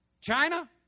China